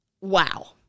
wow